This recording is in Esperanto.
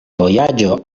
vojaĝo